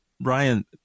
Brian